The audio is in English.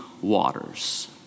waters